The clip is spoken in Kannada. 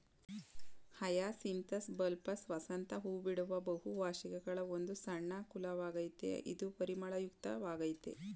ಹಯಸಿಂಥಸ್ ಬಲ್ಬಸ್ ವಸಂತ ಹೂಬಿಡುವ ಬಹುವಾರ್ಷಿಕಗಳ ಒಂದು ಸಣ್ಣ ಕುಲವಾಗಯ್ತೆ ಇದು ಪರಿಮಳಯುಕ್ತ ವಾಗಯ್ತೆ